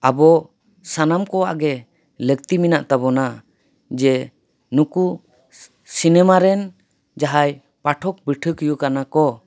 ᱟᱵᱚ ᱥᱟᱱᱟᱢ ᱠᱚᱣᱟᱜ ᱜᱮ ᱞᱟᱹᱠᱛᱤ ᱢᱮᱱᱟᱜ ᱛᱟᱵᱚᱱᱟ ᱡᱮ ᱱᱩᱠᱩ ᱥᱤᱱᱮᱢᱟ ᱨᱮᱱ ᱡᱟᱦᱟᱸᱭ ᱯᱟᱴᱷᱚᱠ ᱯᱟᱴᱷᱚᱹᱠᱤᱭᱟᱹ ᱠᱟᱱᱟ ᱠᱚ